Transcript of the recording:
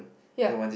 ya